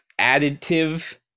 additive